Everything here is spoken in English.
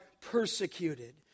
persecuted